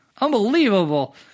Unbelievable